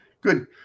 Good